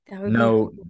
no